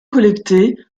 collectés